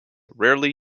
rarely